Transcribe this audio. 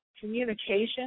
communication